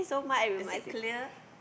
is it clear